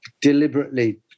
deliberately